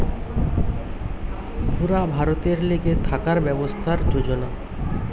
পুরা ভারতের লিগে থাকার ব্যবস্থার যোজনা